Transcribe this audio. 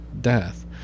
death